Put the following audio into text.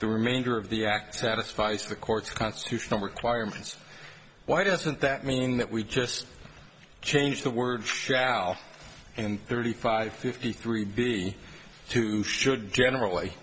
the remainder of the act satisfies the court's constitutional requirements why doesn't that mean that we just change the word shall and thirty five fifty three b two should generally